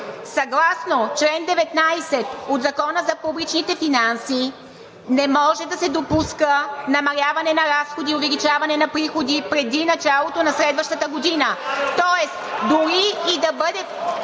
Съгласно чл. 19 от Закона за публичните финанси не може да се допуска намаляване на разходи, увеличаване на приходи преди началото на следващата година!